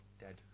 dead